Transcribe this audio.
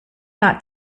not